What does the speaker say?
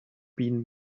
been